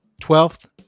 twelfth